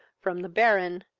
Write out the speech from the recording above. from the baron,